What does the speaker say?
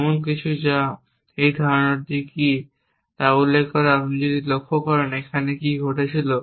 এমন কিছু সম্পর্কে যা এবং এই ধারণাটি কী তা উল্লেখ করে আপনি যদি লক্ষ্য করেন এখানে কী ঘটছিল